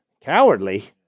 Cowardly